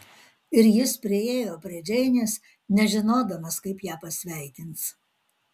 ir jis priėjo prie džeinės nežinodamas kaip ją pasveikins